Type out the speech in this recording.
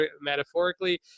metaphorically